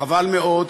חבל מאוד,